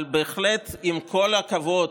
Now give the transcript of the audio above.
אבל בהחלט, עם כל הכבוד,